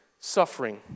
suffering